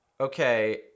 okay